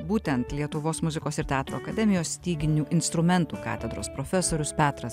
būtent lietuvos muzikos ir teatro akademijos styginių instrumentų katedros profesorius petras